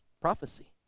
prophecy